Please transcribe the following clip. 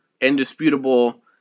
indisputable